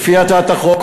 לפי הצעת החוק,